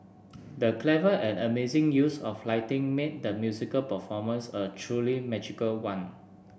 the clever and amazing use of lighting made the musical performance a truly magical one